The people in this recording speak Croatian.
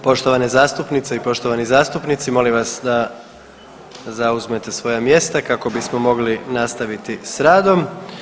Poštovane zastupnice i poštovani zastupnici, molim vas da zauzmete svoja mjesta kako bismo mogli nastaviti s radom.